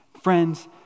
friends